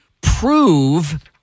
prove